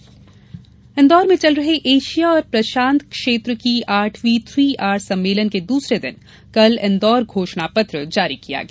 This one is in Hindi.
थ्री आर सम्मेलन इंदौर में चल रहे एशिया और प्रशांत क्षेत्र की आठवीं थ्री आर सम्मेलन के दूसरे दिन कल इन्दौर घोषणा पत्र जारी किया गया